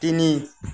তিনি